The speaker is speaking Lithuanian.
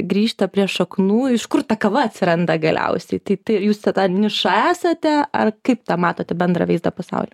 grįžta prie šaknų iš kur ta kava atsiranda galiausiai tai tai jūs ta niša esate ar kaip tą matote bendrą vaizdą pasaulyje